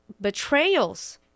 betrayals